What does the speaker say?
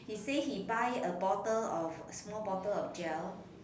he say he buy a bottle of small bottle of gel